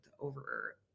over